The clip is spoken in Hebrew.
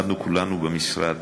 למדנו כולנו במשרד,